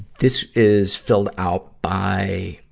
this is filled out by,